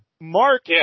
Mark